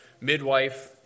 midwife